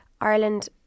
Ireland